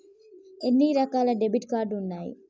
ఎన్ని రకాల debit card ఉన్నాయి?